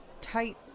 tight